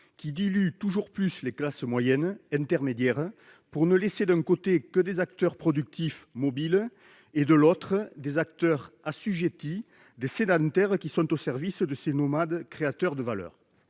qui dilue toujours plus les classes moyennes, intermédiaires, pour ne laisser, d'un côté, que des acteurs productifs mobiles, et, de l'autre, des acteurs assujettis, des sédentaires au service de ces nomades créateurs de valeur.